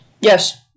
Yes